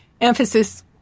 emphasis